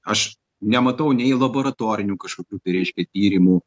aš nematau nei į laboratorinių kažkokių tai reiškia tyrimų